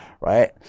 right